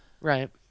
Right